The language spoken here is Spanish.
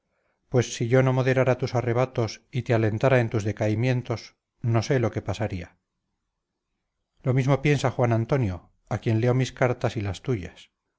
pues si yo no moderara tus arrebatos y te alentara en tus decaimientos no sé lo que pasaría lo mismo piensa juan antonio a quien leo mis cartas y las tuyas